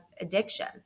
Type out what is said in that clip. addiction